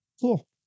cool